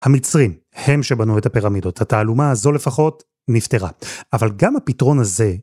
המצרים הם שבנו את הפירמידות. התעלומה הזו לפחות נפתרה. אבל גם הפתרון הזה...